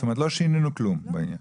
לא שינינו כלום בעניין.